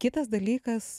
kitas dalykas